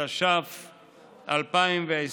התש"ף 2020,